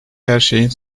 herşeyin